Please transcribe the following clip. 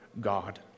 God